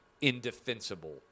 indefensible